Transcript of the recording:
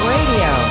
Radio